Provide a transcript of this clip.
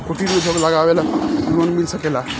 कुटिर उद्योग लगवेला लोन मिल सकेला?